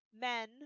men